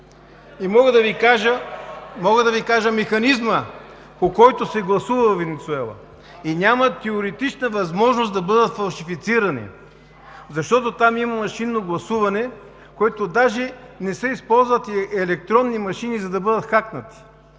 и мога да Ви кажа механизма, по който се гласува във Венецуела, и няма теоретична възможност да бъдат фалшифицирани, защото там има машинно гласуване, в което даже не се използват електронни машини, за да бъдат хакнати.